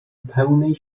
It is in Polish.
pełnej